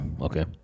okay